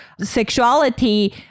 sexuality